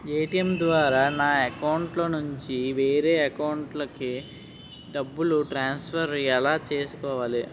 ATM ద్వారా నా అకౌంట్లోనుంచి వేరే అకౌంట్ కి డబ్బులు ట్రాన్సఫర్ ఎలా చేసుకోవాలి?